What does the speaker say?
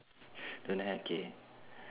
don't have K